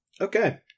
Okay